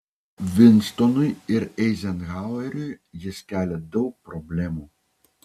vinstonui ir eizenhaueriui jis kelia daug problemų